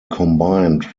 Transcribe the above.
combined